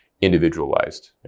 individualized